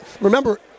remember